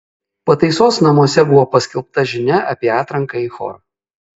pataisos namuose buvo paskelbta žinia apie atranką į chorą